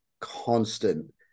constant